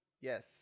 yes